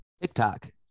TikTok